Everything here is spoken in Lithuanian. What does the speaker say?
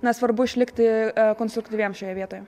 na svarbu išlikti konstruktyviems šioje vietoje